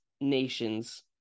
nations